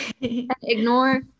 Ignore